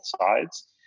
sides